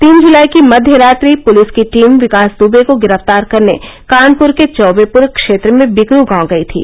तीन जुलाई की मध्य रात्रि पुलिस की टीम विकास दुबे को गिरफ्तार करने कानपुर के चौबेपुर क्षेत्र में बिकरू गांव में गई थी